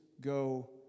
go